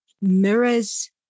mirrors